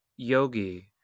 yogi